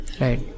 Right